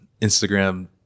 Instagram